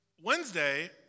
Wednesday